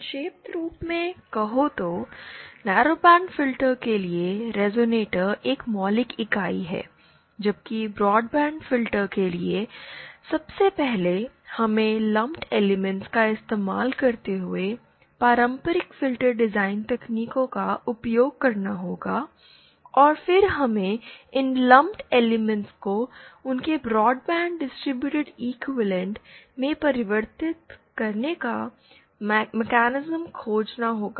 संक्षेप रूप में कहो तो नैरोबैंड फिल्टर के लिए रेज़ोनेटर एक मौलिक इकाई हैं जबकि ब्रॉडबैंड फ़िल्टर के लिए सबसे पहले हमें लंप्ड एलिमेंटस का इस्तेमाल करते हुए पारंपरिक फ़िल्टर डिज़ाइन तकनीकों का उपयोग करना होगा और फिर हमें इन लंप्ड एलिमेंटस को उनके ब्रॉडबैंड डिस्ट्रीब्यूटेड इक्विवेलेंट में परिवर्तित करने का मेकैनिज्म खोजना होगा